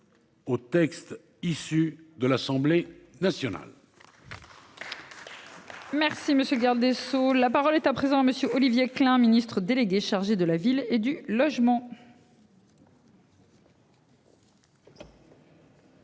Au texte issu de l'Assemblée nationale.